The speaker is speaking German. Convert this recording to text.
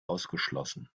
ausgeschlossen